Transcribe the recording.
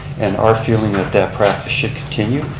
and our feeling that that practice should continue.